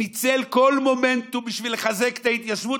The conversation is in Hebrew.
שניצל כל מומנטום בשביל לחזק את ההתיישבות,